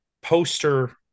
poster